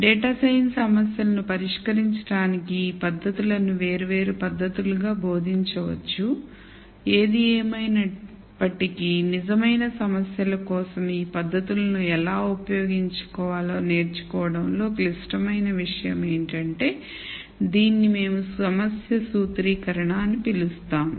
data science సమస్యలను పరిష్కరించడానికి ఈ పద్ధతులను వేర్వేరు పద్ధతులుగా బోధించవచ్చు ఏది ఏమయినప్పటికీ నిజమైన సమస్యల కోసం ఈ పద్ధతులను ఎలా ఉపయోగించాలో నేర్చుకోవడంలో క్లిష్టమైన విషయం ఏమిటంటే దీనిని మేము సమస్య సూత్రీకరణ అని పిలుస్తాము